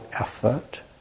effort